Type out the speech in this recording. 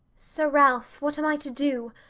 sir ralph what am i to do?